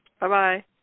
Bye-bye